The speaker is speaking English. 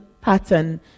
pattern